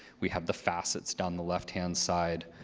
we have the facets down the left hand side,